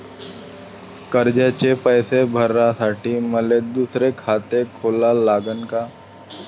कर्जाचे पैसे भरासाठी मले दुसरे खाते खोला लागन का?